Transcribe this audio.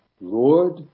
Lord